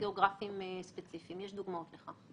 גברתי קוראת את החוק בצורה מאוד מאוד מיוחדת,